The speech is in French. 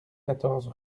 quatorze